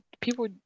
people